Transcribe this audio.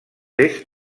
est